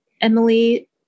Emily